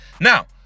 Now